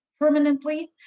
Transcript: permanently